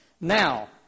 Now